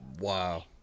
Wow